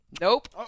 Nope